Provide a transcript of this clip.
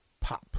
pop